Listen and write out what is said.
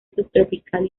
subtropical